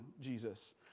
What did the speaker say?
Jesus